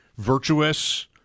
Virtuous